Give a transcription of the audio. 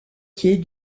quais